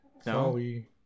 Sorry